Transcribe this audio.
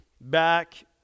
back